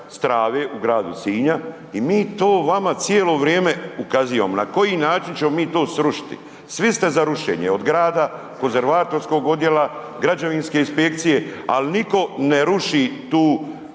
strave u gradu Sinja i mi to vama cijelo vrijeme ukazivamo na koji način ćemo mi to srušiti. Svi ste za rušenje, od grada, konzervatorskog odjela, građevinske inspekcije, al niko ne ruši tu